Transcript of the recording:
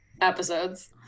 episodes